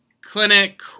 clinic